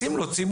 שים לו צימוד.